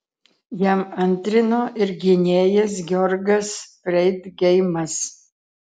jam antrino ir gynėjas georgas freidgeimas